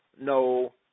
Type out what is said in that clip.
no